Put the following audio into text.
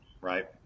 right